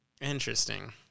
Interesting